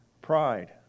Pride